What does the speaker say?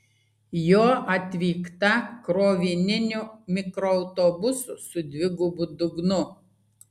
jo atvykta krovininiu mikroautobusu su dvigubu dugnu